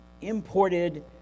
imported